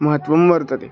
महत्त्वं वर्तते